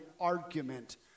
argument